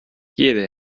jeder